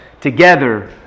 together